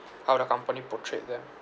how the company portrayed them